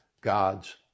God's